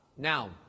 now